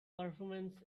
performance